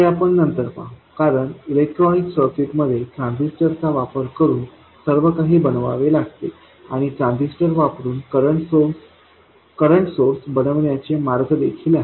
हे आपण नंतर पाहू कारण इलेक्ट्रॉनिक सर्किटमध्ये ट्रान्झिस्टर चा वापर करून सर्व काही बनवावे लागते आणि ट्रान्झिस्टर वापरुन करंट सोर्स बनवण्याचे मार्ग देखील आहेत